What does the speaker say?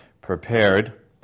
prepared